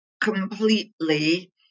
Completely